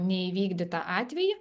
neįvykdytą atvejį